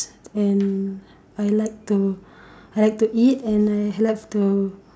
and I like to I like to eat and I like to